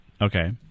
Okay